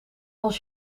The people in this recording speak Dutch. als